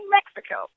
Mexico